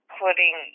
putting